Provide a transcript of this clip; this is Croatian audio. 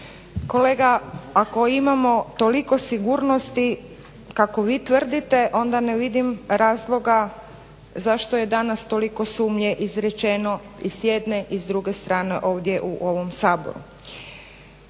Kolega ako imamo toliko sigurnosti kako vi tvrdite onda ne vidim razloga zašto je danas toliko sumnje izrečeno i s jedne i s druge strane ovdje u ovom Saboru.